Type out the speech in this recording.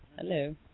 Hello